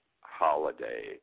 holiday